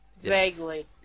Vaguely